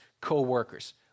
co-workers